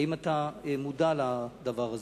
האם אתה מודע לדבר הזה?